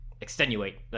extenuate